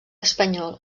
espanyol